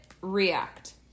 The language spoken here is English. React